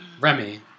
Remy